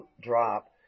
drop